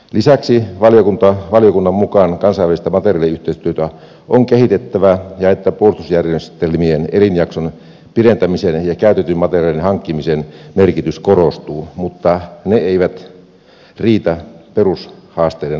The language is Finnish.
lisäksi valiokunnan mukaan kansainvälistä materiaaliyhteistyötä on kehitettävä ja puolustusjärjestelmien elinjakson pidentämisen ja käytetyn materiaalin hankkimisen merkitys korostuu mutta ne eivät riitä perushaasteiden ratkaisemiseen